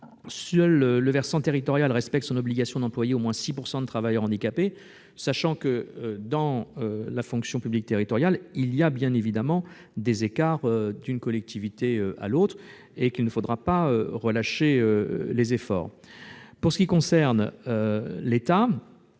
le versant territorial respecte son obligation d'employer au moins 6 % de travailleurs handicapés, sachant que, dans la fonction publique territoriale, il existe bien évidemment des écarts d'une collectivité à l'autre et qu'il ne faudra pas relâcher les efforts. Pour ce qui concerne l'État,